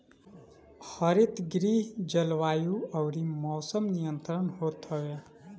हरितगृह जलवायु अउरी मौसम नियंत्रित होत हवे